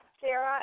Sarah